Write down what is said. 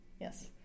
Yes